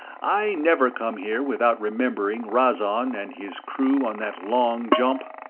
i never come here without remembering rhazon and his crew on that long jump.